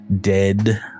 dead